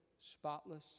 spotless